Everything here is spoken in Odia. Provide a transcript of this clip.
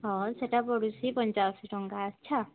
ହଁ ସେଇଟା ପଡ଼ୁଛି ପଞ୍ଚା ଅଶି ଟଙ୍କା ଆଚ୍ଛା